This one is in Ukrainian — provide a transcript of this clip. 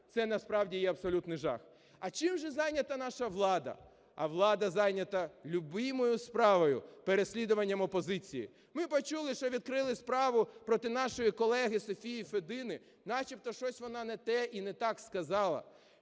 Це, насправді, є абсолютний жах. А чим же зайнята наша влада? А влада зайнята любимою справою – переслідуванням опозиції. Ми почули, що відкрили справу проти нашої колеги Софії Федини. Начебто щось вона не те і не так сказала.